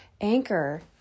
Anchor